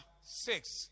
six